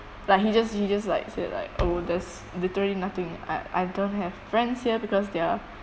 like he just he just like said like oh there's literally nothing I I don't have friends here because they're